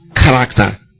character